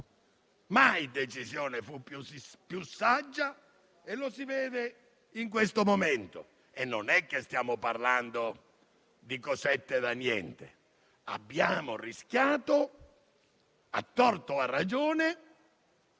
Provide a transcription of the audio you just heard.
Mai decisione fu più saggia e lo si vede in questo momento. Non è che stiamo parlando di cosette da niente; abbiamo rischiato, a torto o a ragione,